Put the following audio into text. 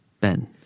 ben